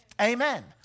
Amen